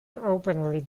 openly